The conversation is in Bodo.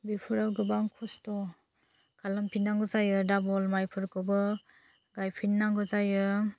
बेफोराव गोबां खस्थ' खालामफिननांगौ जायो दाबल मायफोरखौबो गायफिननांगौ जायो